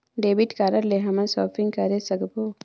Debit card ले हमन shopping करे सकबो?